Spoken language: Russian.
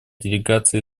делегации